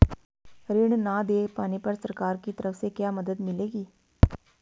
ऋण न दें पाने पर सरकार की तरफ से क्या मदद मिलेगी?